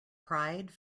pride